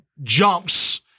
Jumps